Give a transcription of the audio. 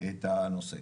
את הנושא.